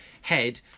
head